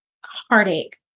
heartache